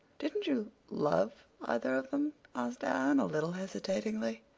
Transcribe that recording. didn't you love either of them? asked anne, a little hesitatingly.